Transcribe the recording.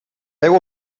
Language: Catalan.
veu